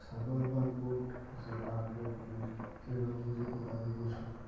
ছাগল বা গোট হসে আক রকমের তৃণভোজী গবাদি পশু